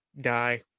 die